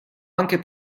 anche